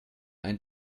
ein